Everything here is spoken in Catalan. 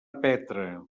petra